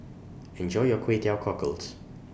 Enjoy your Kway Teow Cockles